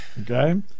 okay